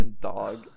dog